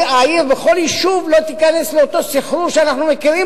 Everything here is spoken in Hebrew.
העיר לא תיכנס לאותו סחרור שאנחנו מכירים,